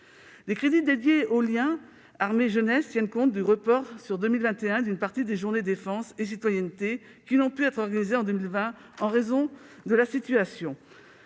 Les crédits dédiés aux liens armées-jeunesse tiennent compte du report sur 2021 d'une partie des Journées défense et citoyenneté qui n'ont pu être organisées en 2020 en raison de la situation